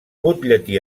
butlletí